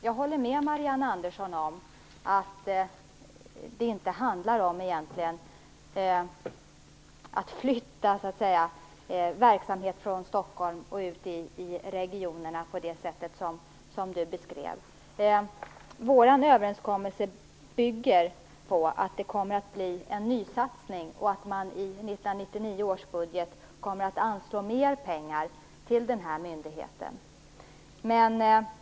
Jag håller med Marianne Andersson om att det egentligen inte handlar om att flytta verksamhet från Stockholm ut i regionerna på det sätt som hon beskrev. Vår överenskommelse bygger på att det blir en nysatsning och att man i 1999 års budget kommer att anslå mer pengar till den här myndigheten.